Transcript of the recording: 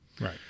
Right